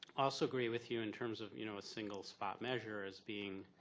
also agree with you in terms of you know a single spot measure as being